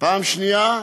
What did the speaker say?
פעם שנייה,